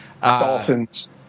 Dolphins